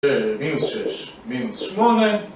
מינוס שש, מינוס שמונה